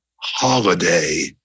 holiday